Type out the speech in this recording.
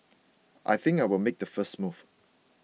I think I'll make a first move